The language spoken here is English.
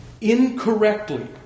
incorrectly